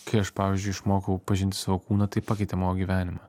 kai aš pavyzdžiui išmokau pažinti savo kūną tai pakeitė mano gyvenimą